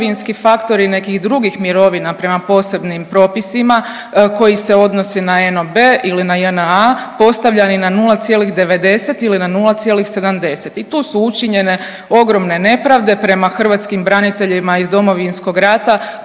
i tu su učinjene ogromne nepravde prema hrvatskim braniteljima iz Domovinskog rata